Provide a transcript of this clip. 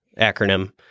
acronym